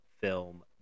film